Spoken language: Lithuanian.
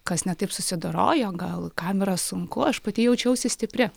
kas ne taip susidorojo gal kam yra sunku aš pati jaučiausi stipri